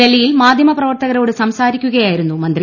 ഡൽഹിയിൽ മാധ്യമ പ്രവർത്തകരോട് സംസാരിക്കുകയായിരുന്നു മന്ത്രി